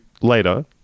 later